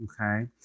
okay